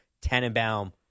Tannenbaum